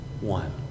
one